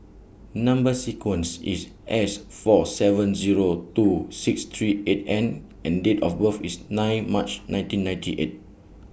Number sequence IS S four seven Zero two six three eight N and Date of birth IS nine March nineteen ninety eight